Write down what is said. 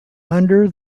under